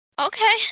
Okay